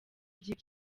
gihe